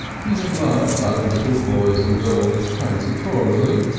he had loved other little boys and girls transitorily,